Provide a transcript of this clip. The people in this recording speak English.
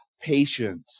patient